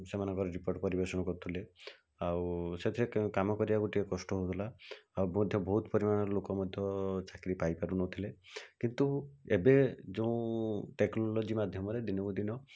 ସେମାନଙ୍କର ରିପୋର୍ଟ୍ ପରିବେଷଣ କରୁଥିଲେ ଆଉ ସେଥିରେ କାମ କରିବାକୁ ଟିକିଏ କଷ୍ଟ ହେଉଥିଲା ଆଉ ମଧ୍ୟ ବହୁତ ପରିମାଣରେ ଲୋକ ମଧ୍ୟ ଚାକିରି ପାଇପାରୁନଥିଲେ କିନ୍ତୁ ଏବେ ଯେଉଁ ଟେକ୍ନୋଲୋଜି ମାଧ୍ୟମରେ ଦିନକୁ ଦିନ